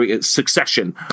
Succession